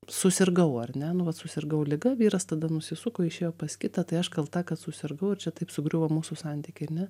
susirgau ar ne nu vat susirgau liga vyras tada nusisuko išėjo pas kitą tai aš kalta kad susirgau ir čia taip sugriuvo mūsų santykiai ar ne